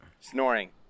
Snoring